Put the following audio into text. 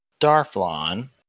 Darflon